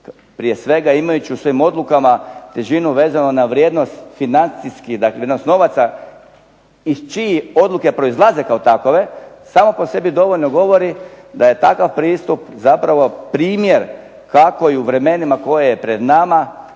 prije svega imajući u svojim odlukama težinu vezanu na vrijednost financijskih, vrijednost novaca iz čijih odluke proizlaze kao takove, samo po sebi govori da je takav pristup zapravo primjer kako i u vremenima koje je pred nama